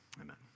Amen